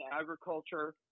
agriculture